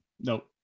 nope